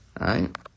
right